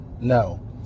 No